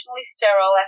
sterile